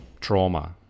trauma